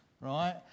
Right